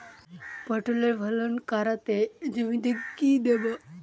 পটলের ফলন কাড়াতে জমিতে কি দেবো?